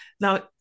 now